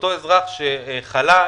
זה שחלה,